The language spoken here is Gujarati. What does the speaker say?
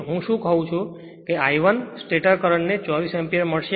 હું શું કહેું છું ke I 1 સ્ટેટર કરન્ટ ને 24 એમ્પીયર મળશે